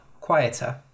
quieter